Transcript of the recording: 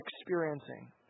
experiencing